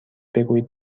بگویید